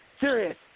Serious